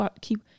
keep